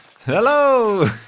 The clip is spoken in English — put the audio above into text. Hello